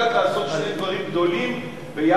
מדינת ישראל לא יודעת לעשות שני דברים גדולים יחד,